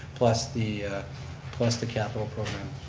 plus the plus the capital program.